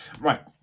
right